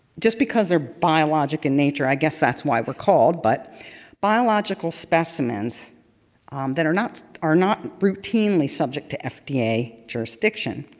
just because they're biologic in nature, i guess, that's why we're called, but biological specimens that are not are not routinely subject to fda jurisdiction.